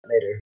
later